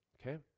okay